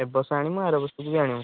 ଏ ବର୍ଷ ଆଣିମୁ ଆର ବର୍ଷ ବି ଆଣିମୁ